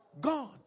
God